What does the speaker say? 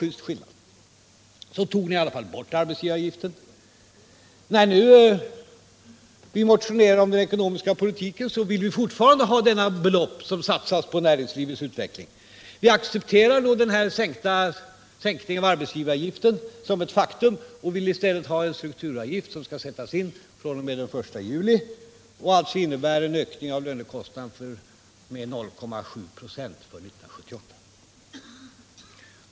Sedan sänkte ni i alla fall arbetsgivaravgiften. När vi nu motionerar om den ekonomiska politiken vill vi fortfarande satsa på näringslivets utveckling. Vi accepterar sänkningen av arbetsgivaravgiften som ett faktum och vill i stället ha en strukturavgift som skall sättas in från den 1 juli och som innebär en ökning av lönekostnaderna med 0,7 96 för 1978.